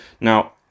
Now